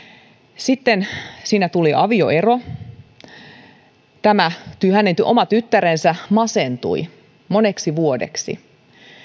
sitten tuli avioero hänen oma tyttärensä masentui moneksi vuodeksi